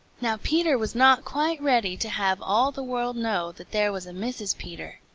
now peter was not quite ready to have all the world know that there was a mrs. peter,